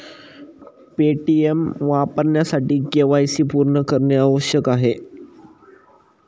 Paytm वापरण्यासाठी KYC पूर्ण करणे आवश्यक आहे